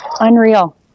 Unreal